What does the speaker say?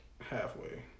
halfway